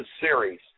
series